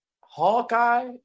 Hawkeye